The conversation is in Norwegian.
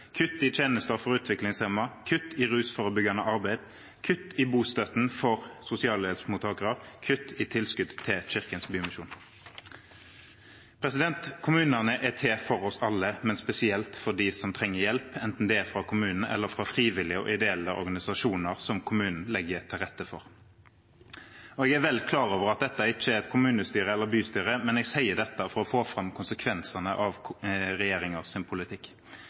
kutt for hele kulturlivet, kutt i tjenester for utviklingshemmede, kutt i rusforebyggende arbeid, kutt i bostøtten for sosialhjelpsmottakere, kutt i tilskudd til Kirkens Bymisjon. Kommunene er til for oss alle, men spesielt for dem som trenger hjelp, enten det er fra kommunen eller fra frivillige og ideelle organisasjoner som kommunen legger til rette for. Jeg er klar over at dette ikke er et kommunestyre eller bystyre, men jeg sier det for å få fram konsekvensene av regjeringens politikk. Landets rikeste mennesker har fått økt sin